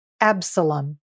Absalom